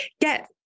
Get